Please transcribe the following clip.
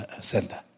center